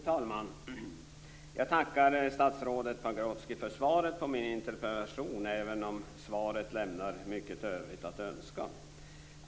Fru talman! Jag tackar statsrådet Pagrotsky för svaret på min interpellation, även om det lämnar mycket övrigt att önska.